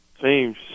Teams